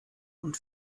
und